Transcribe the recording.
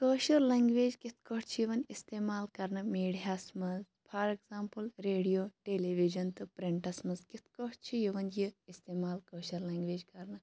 کٲشِر language کِتھ کٲٹھۍ چھِ یِوان اِستعمال کَرنہٕ میٖڈیاہَس مَنٛز فار ایٚگزامپل ریڈیو ٹیلِوِجَن تہٕ پرنٹَس مَنٛز کِتھ کٲٹھۍ چھِ یِوان یہِ اِستعمال کٲشِر لینٛگویج کَرنہٕ